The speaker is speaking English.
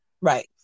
Right